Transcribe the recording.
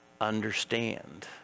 Understand